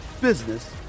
business